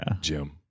Jim